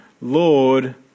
Lord